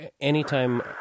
anytime